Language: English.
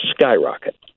skyrocket